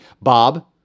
Bob